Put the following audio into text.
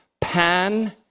pan